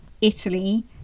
Italy